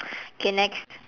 okay next